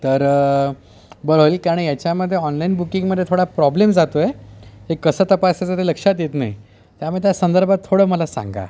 तर बरं होईल कारण याच्यामध्ये ऑनलाईन बुकिंगमध्ये थोडा प्रॉब्लेम जातो आहे ते कसं तपासायचं ते लक्षात येत नाही त्यामुळे त्या संदर्भात थोडं मला सांगा